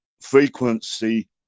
frequency